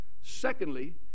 secondly